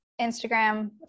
Instagram